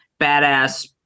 badass